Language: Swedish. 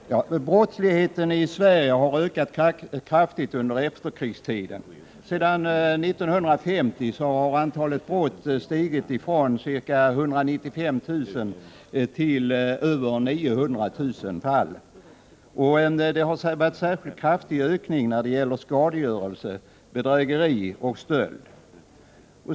Herr talman! Brottsligheten i Sverige har ökat kraftigt under efterkrigstiden. Sedan 1950 har antalet brott stigit från ca 195 000 till över 900 000. Ökningen har varit särskilt kraftig när det gäller skadegörelse, bedrägeri och stöld.